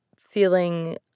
feeling